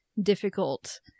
difficult